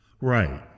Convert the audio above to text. Right